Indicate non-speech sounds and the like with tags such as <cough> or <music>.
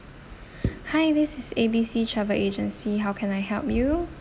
<breath> hi this is A B C travel agency how can I help you